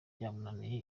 byamunaniye